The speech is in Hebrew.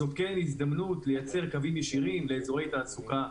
זו כן הזדמנות לייצר קווים ישירים לאזורי תעסוקה.